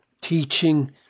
teaching